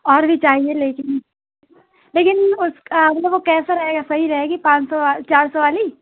اور بھی چاہیے لیکن لیکن اُس مطلب وہ کیسا رہے گا صحیح رہے گی پانچ سو چار سو والی